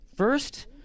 First